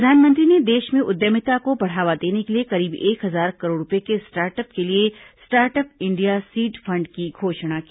प्रधानमंत्री ने देश में उद्यमिता को बढ़ावा देने के लिए करीब एक हजार करोड़ रुपये के स्टार्टअप के लिए स्टार्टअप इंडिया सीड फंड की घोषणा की